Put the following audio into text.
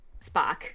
Spock